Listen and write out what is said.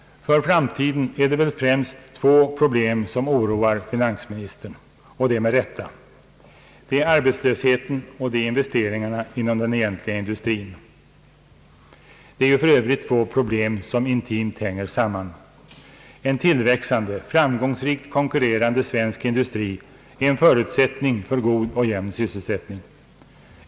För framtiden är det väl främst två problem som oroar finansministern, och det med rätta. Det är arbetslösheten och investeringarna inom den egentliga industrin. Det är ju för övrigt två problem som intimt hänger samman. En tillväxande framgångsrikt konkurrerande svensk industri är en förutsättning för god och jämn sysselsättning.